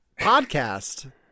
podcast